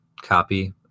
copy